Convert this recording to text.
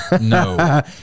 No